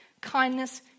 kindness